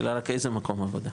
השאלה רק איזה מקום עבודה,